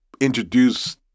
introduce